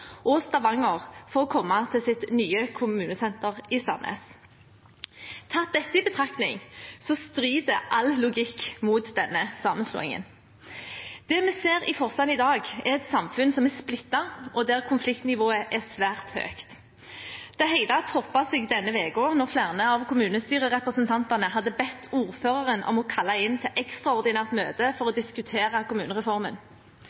og Stavanger for å komme til sitt nye kommunesenter i Sandnes. Dette tatt i betraktning strider all logikk mot denne sammenslåingen. Det vi ser i Forsand i dag, er et samfunn som er splittet, og der konfliktnivået er svært høyt. Det hele toppet seg denne uka da flere av kommunestyrerepresentantene hadde bedt ordføreren om å kalle inn til ekstraordinært møte for å